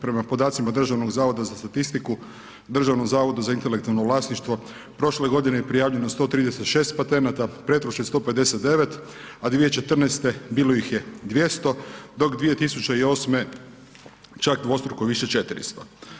Prema podacima Državnog zavoda za statistiku Državnom zavodu za intelektualno vlasništvo prošle godine prijavljeno je 136 patenata, pretprošle 159, a 2014. bilo ih je 200, dok 2008. čak dvostruko više 400.